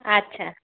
আচ্ছা আচ্ছা